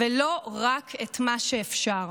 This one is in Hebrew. ולא רק את מה שאפשר.